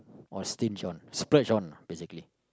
or stinge on splurge on lah basically